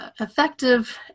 effective